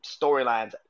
storylines